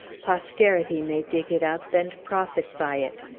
posterity may dig it up, and profit by it.